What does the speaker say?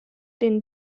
den